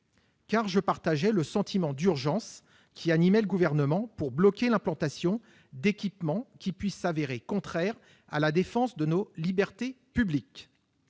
voté, partageant le sentiment d'urgence qui animait le Gouvernement pour bloquer l'implantation d'équipements qui auraient pu contrevenir à la défense de nos libertés publiques.